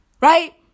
right